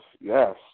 yes